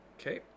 Okay